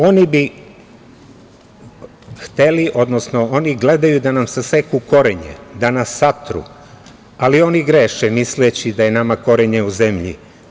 Oni gledaju da nam saseku korenje, da nas satru, ali oni greše misleći da je nama korenje u zemlji.